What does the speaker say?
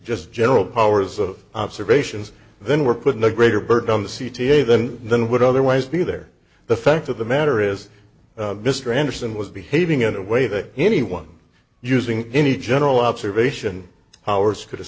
just general powers of observations then we're putting a greater burden on the c t a than than would otherwise be there the fact of the matter is mr anderson was behaving in a way that anyone using any general observation powers could have